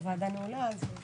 הישיבה ננעלה בשעה